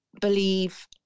believe